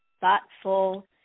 thoughtful